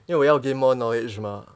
因为我要 gain more knowledge mah